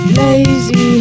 lazy